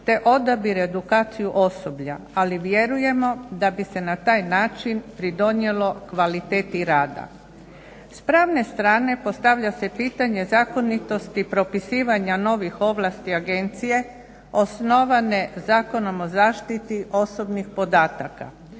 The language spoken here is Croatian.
te odabir i edukaciju osoblja, ali vjerujemo da bi se na taj način pridonijelo kvaliteti rada. S pravne strane postavlja se pitanje zakonitosti, propisivanja novih ovlasti agencije osnovane Zakonom o zaštiti osobnih podataka,